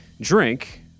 Drink